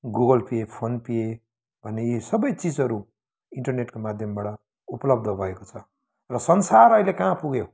Google Pay PhonePe भन्ने यी सबै चिजहरू इन्टरनेटको माध्यमबाट उपलब्छ भएको छ र संसार अहिले कहाँ पुग्यो